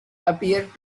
appeared